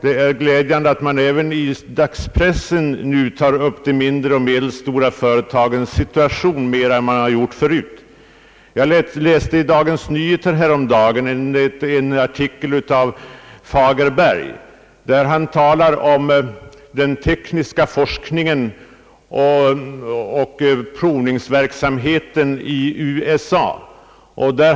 Det är glädjande att man även i dagspressen nu tar upp de mindre och medelstora företagens situation mera än man har gjort tidigare. Jag läste häromdagen i Dagens Nyheter en artikel av Fagerberg, i vilken han talar om den tekniska forskningen och provningsverksamheten i USA.